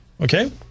Okay